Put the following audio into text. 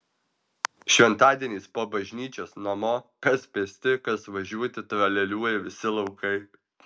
šventadieniais po bažnyčios namo kas pėsti kas važiuoti tralialiuoja visi laukai